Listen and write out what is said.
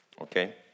Okay